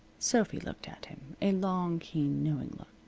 sophy looked at him a long, keen, knowing look.